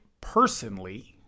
personally